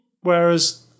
Whereas